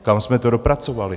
Kam jsme to dopracovali?